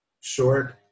short